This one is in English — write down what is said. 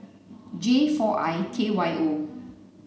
J four I K Y O